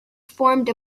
formed